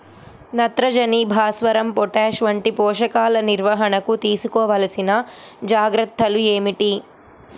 నత్రజని, భాస్వరం, పొటాష్ వంటి పోషకాల నిర్వహణకు తీసుకోవలసిన జాగ్రత్తలు ఏమిటీ?